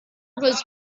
was